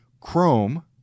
Chrome